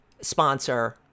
sponsor